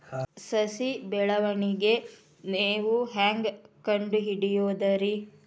ಸಸಿ ಬೆಳವಣಿಗೆ ನೇವು ಹ್ಯಾಂಗ ಕಂಡುಹಿಡಿಯೋದರಿ?